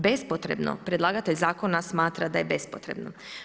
Bespotrebno, predlagatelj zakona smatram da je bespotrebno.